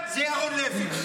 --- איפה היית?